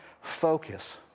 focus